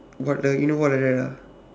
what the one like that ah